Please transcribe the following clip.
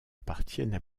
appartiennent